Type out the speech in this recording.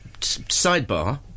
sidebar